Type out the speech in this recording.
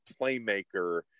playmaker